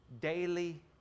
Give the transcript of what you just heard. daily